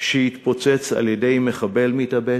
שהתפוצץ על-ידי מחבל מתאבד,